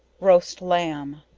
roast lamb.